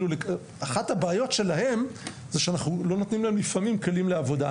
אחת הבעיות שלהם זה שאנחנו לא נותנים להם לפעמים כלים לעבודה.